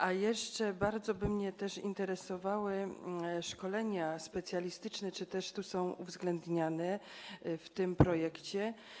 A jeszcze bardzo by mnie interesowały szkolenia specjalistyczne, to, czy też są one uwzględniane w tym projekcie.